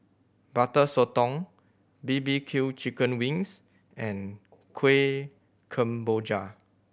Butter Sotong B B Q chicken wings and Kuih Kemboja